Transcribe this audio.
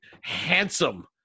handsome